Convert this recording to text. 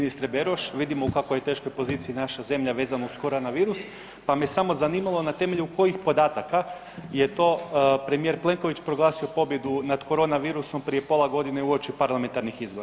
Ministre Beroš, vidimo u kako je teškoj poziciji naša zemlja vezano uz korona virus, pa me samo zanimalo na temelju kojih podataka je to premijer Plenković proglasio pobjedu nad korona virusom prije pola godine uoči parlamentarnih izbora.